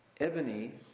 ebony